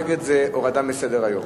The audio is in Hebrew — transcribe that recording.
נגד זה הורדה מסדר-היום.